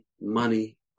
money